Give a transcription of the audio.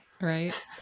Right